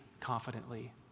confidently